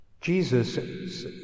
Jesus